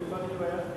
אדוני היושב-ראש,